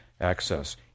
access